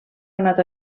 anat